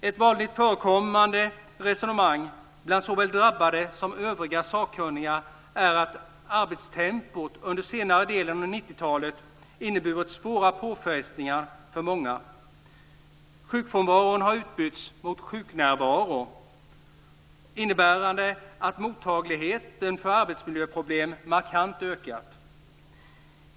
Ett vanligt förekommande resonemang bland såväl drabbade som övriga sakkunniga är att arbetstempot under senare delen av 90-talet inneburit svåra påfrestningar för många. Sjukfrånvaron har utbytts mot sjuknärvaro, innebärande att mottagligheten för arbetsmiljöproblem markant ökat.